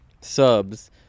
subs